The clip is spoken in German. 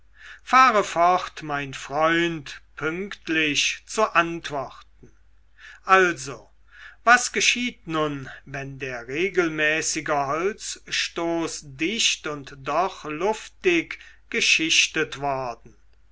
fahre fort mein freund pünktlich zu antworten also was geschieht nun wenn der regelmäßige holzstoß dicht und doch luftig geschichtet worden